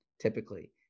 typically